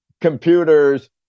computers